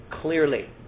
clearly